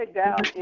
down